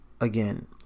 again